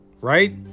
Right